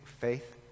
faith